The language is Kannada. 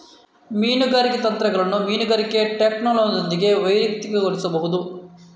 ಮೀನುಗಾರಿಕೆ ತಂತ್ರಗಳನ್ನು ಮೀನುಗಾರಿಕೆ ಟ್ಯಾಕ್ಲೋನೊಂದಿಗೆ ವ್ಯತಿರಿಕ್ತಗೊಳಿಸಬಹುದು